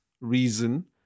reason